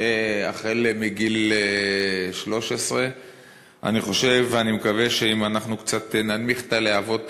החל בגיל 13. אני חושב ואני מקווה שאם אנחנו קצת ננמיך את הלהבות,